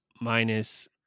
minus